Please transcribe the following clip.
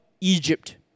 Egypt